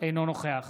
אינו נוכח